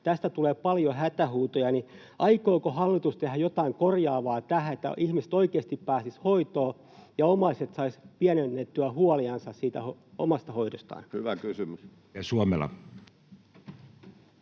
Tästä tulee paljon hätähuutoja, eli aikooko hallitus tehdä jotain korjaavaa tähän, että ihmiset oikeasti pääsisivät hoitoon ja omaiset saisivat pienennettyä huoliansa siitä omasta hoidostaan? [Speech